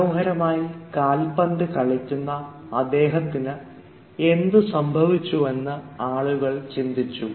മനോഹരമായി കാൽപന്ത് കളിക്കുന്ന അദ്ദേഹത്തിന് എന്തു സംഭവിച്ചു എന്ന് ആളുകൾ ചിന്തിച്ചു